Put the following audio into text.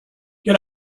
get